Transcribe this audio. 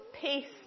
peace